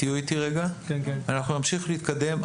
אנחנו נתקדם.